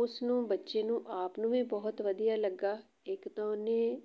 ਉਸ ਨੂੰ ਬੱਚੇ ਨੂੰ ਆਪ ਨੂੰ ਵੀ ਬਹੁਤ ਵਧੀਆ ਲੱਗਾ ਇੱਕ ਤਾਂ ਉਹਨੇ